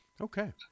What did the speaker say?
Okay